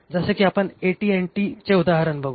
जसे की आपण AT T चे उदाहरण बघू